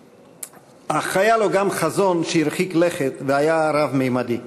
אך היה לו גם חזון שהרחיק לכת והיה רב-ממדי.